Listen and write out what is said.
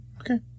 Okay